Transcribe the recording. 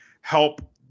help